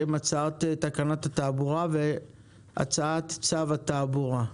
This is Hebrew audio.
שהם הצעת תקנות התעבורה והצעת צו התעבורה.